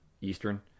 Eastern